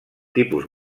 tipus